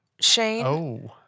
Shane